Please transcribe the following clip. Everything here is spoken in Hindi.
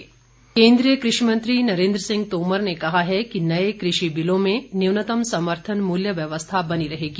कुषि मंत्री केन्द्रीय कृषि मंत्री नरेन्द्र सिंह तोमर ने कहा है कि नए कृषि बिलों में न्यूनतम समर्थन मूल्य व्यवस्था बनी रहेगी